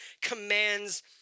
commands